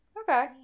Okay